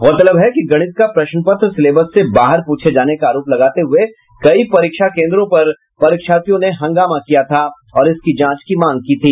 गौरतलब है कि गणित का प्रश्न पत्र सिलेबस से बाहर पूछे जाने का आरोप लगाते हुये कई परीक्षा केन्द्रों पर परीक्षार्थियों ने हंगामा किया था और इसकी जांच की मांग की थी